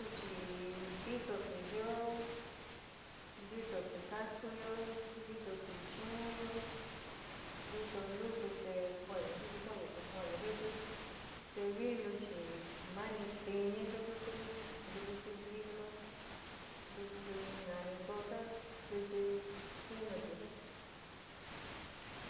Tu chi ntitotɨ yoó ntitotɨ jákuyo, ntitoti chuunyo, ntito lusu te kua'anyo ntichi kuanyo te kua'anyo jɨintɨ. te vilú chi mani tiñi ntukuti, ntukuti viló. ntukuti nani cosa kɨtɨ jɨnutɨ jɨin.